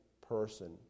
person